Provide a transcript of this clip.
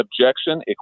objection